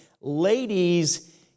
Ladies